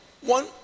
one